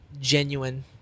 genuine